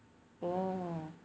oh